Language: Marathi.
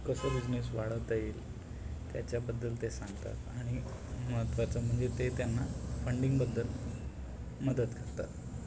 कसं बिजनेस वाढवता येईल त्याच्याबद्दल ते सांगतात आणि महत्वाचं म्हणजे ते त्यांना फंडिंगबद्दल मदत करतात